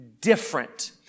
different